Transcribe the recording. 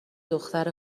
دختر